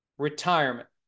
Retirement